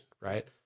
Right